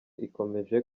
ikomeje